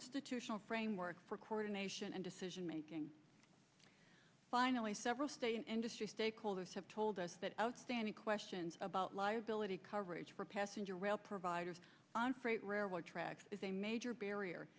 institutional framework for coordination and decision making finally several stay in industry stakeholders have told us that outstanding questions about liability coverage for passenger rail providers on freight railroad tracks is a major barrier